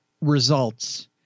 results